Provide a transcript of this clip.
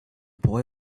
boy